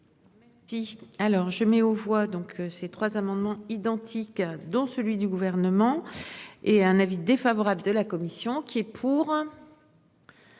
Si alors je mets aux voix donc ces trois amendements identiques, dont celui du gouvernement et un avis défavorable de la commission. Donc qui est pour.